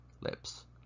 lips